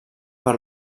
per